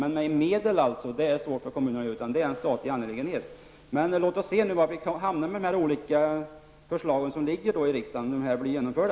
Däremot är det svårt för kommunerna att gå ut med medel. Det är en statlig angelägenhet. Låt oss se vad som händer när de olika förslagen som finns i riksdagen blir genomförda.